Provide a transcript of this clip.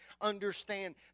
Understand